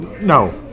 No